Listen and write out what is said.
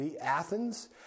Athens